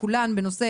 כולן בנושא